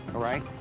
all right?